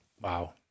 Wow